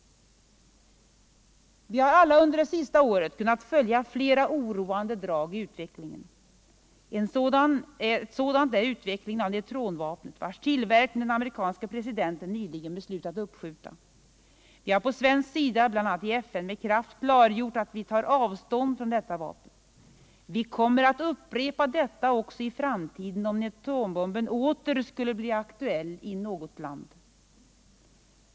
Vi har alla under det sista året kunnat följa flera oroande drag i utvecklingen. Ett sådant är utvecklingen av neutronvapnet, vars tillverkning den amerikanske presidenten nyligen beslutat uppskjuta. Vi har på svensk sida, bl.a. i FN, med kraft klargjort att vi tar avstånd från detta vapen. Vi kommer att upprepa detta också i framtiden, om neutronbomben åter skulle bli aktuell i något land.